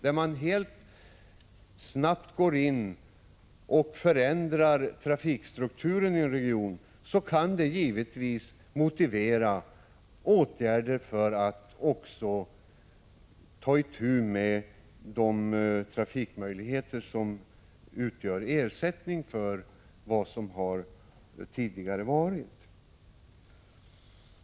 Går man snabbt in och förändrar trafikstrukturen inom en region, kan det givetvis vara motiverat med åtgärder för att ersätta vad som fallit bort.